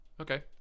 Okay